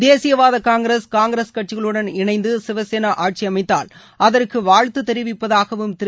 தேசியவாத காங்கிரஸ் காங்கிரஸ் கட்சிகளுடன் இணைந்து சிவசேனா ஆட்சி அமைத்தால் அதற்கு வாழ்த்து தெரிவிப்பதாகவும் திரு